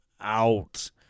out